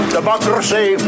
Democracy